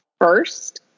first